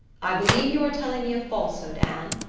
i believe you are telling me a falsehood, anne,